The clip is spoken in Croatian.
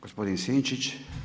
Gospodin Sinčić.